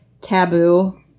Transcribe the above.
taboo